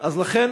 לכן,